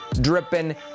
dripping